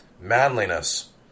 Manliness